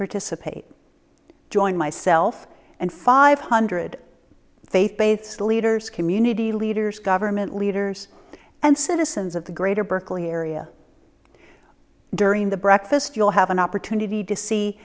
participate join myself and five hundred faith based leaders community leaders government leaders and citizens of the greater berkeley area during the breakfast you'll have an opportunity to see